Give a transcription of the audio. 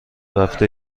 رفته